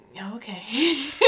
Okay